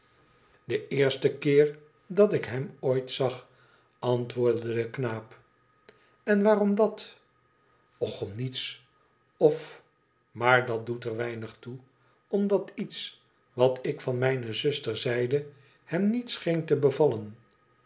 den eersten keer dat ik hem ooit zag antwoordde de knaap ten waarom dat t och om niets of maar dat doet er weinig toe omdat iets wat ik van mijne zuster zeide hem niet scheen te bevallen